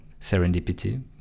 serendipity